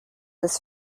this